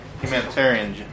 Humanitarian